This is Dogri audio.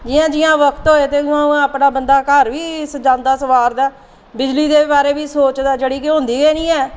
जि'यां जि'यां वक्त होए ते उ'आं उ'आं अपना बंदा घर बी सजांदा सवारदा बिजली दे बारै बी सोचदा जेह्ड़ी केह् होंदी गै निं ऐ